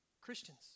Christians